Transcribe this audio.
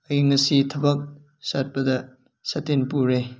ꯑꯩ ꯉꯁꯤ ꯊꯕꯛ ꯆꯠꯄꯗ ꯁꯥꯇꯤꯟ ꯄꯨꯔꯦ